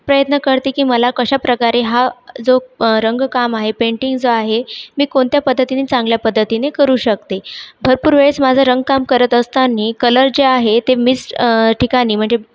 प्रयत्न करते की मला कशा प्रकारे हा जो रंगकाम आहे पेंटिंग जो आहे मी कोणत्या पद्धतीने चांगल्या पद्धतीने करू शकते भरपूर वेळेस माझं रंकाम करत असतांनी कलर जे आहे ते मिस ठिकाणी म्हणजे